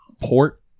port